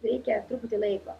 reikia truputį laiko